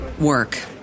work